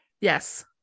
yes